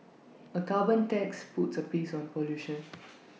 A carbon tax puts A price on pollution